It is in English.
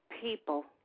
People